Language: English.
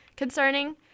concerning